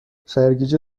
سرگیجه